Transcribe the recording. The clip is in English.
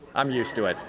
i'm used to it.